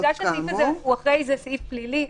בגלל שהסעיף הזה הוא אחרי זה סעיף פלילי,